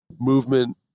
movement